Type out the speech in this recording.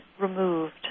removed